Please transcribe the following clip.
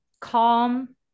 calm